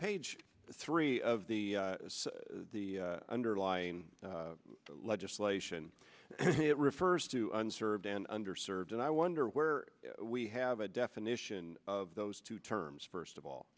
page three of the the underlying legislation it refers to and served and under served and i wonder where we have a definition of those two terms first of all